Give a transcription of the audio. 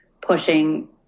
pushing